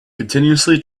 continuously